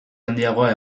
handiagoa